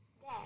Dad